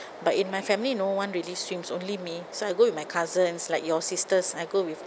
but in my family no one really swims only me so I go with my cousins like your sisters I go with